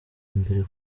mbere